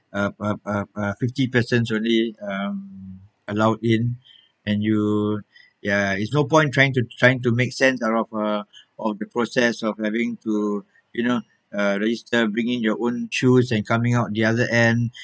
uh uh uh uh fifty persons only um allowed in and you ya is no point trying to trying to make sense out of uh all the process of having to you know uh register bringing your own shoes and coming out the other end